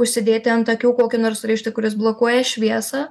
užsidėti ant akių kokį nors raištį kuris blokuoja šviesą